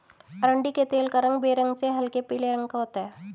अरंडी के तेल का रंग बेरंग से हल्के पीले रंग का होता है